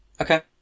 Okay